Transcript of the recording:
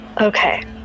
Okay